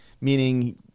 meaning